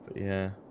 yeah,